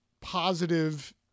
positive